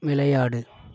விளையாடு